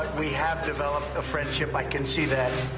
we have developed a friendship, i can see that.